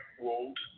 world